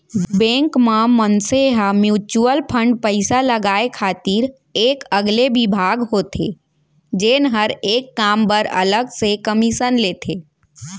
bank म मनसे ह म्युचुअल फंड पइसा लगाय खातिर एक अलगे बिभाग होथे जेन हर ए काम बर अलग से कमीसन लेथे